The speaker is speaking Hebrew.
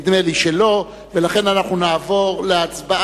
נדמה לי שלא, ולכן אנחנו נעבור להצבעה.